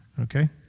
Okay